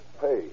pay